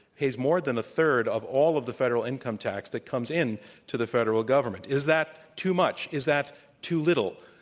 pays more than a third of all of the federal income tax that comes in to the federal government. is that too much? is that too little?